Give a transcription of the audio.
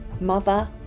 mother